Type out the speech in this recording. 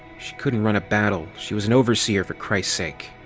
she couldn't run a battle, she was an overseer for christ's sake!